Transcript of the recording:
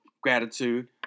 gratitude